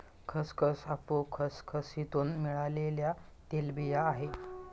खसखस अफू खसखसीतुन मिळालेल्या तेलबिया आहे